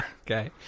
Okay